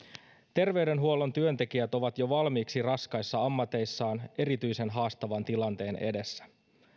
terveydenhuollon työntekijät ovat jo valmiiksi raskaissa ammateissaan erityisen haastavan tilanteen edessä